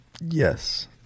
Yes